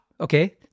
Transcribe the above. Okay